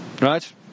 Right